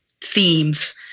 themes